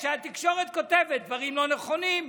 שהתקשורת כותבת דברים לא נכונים.